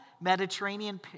mediterranean